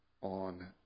on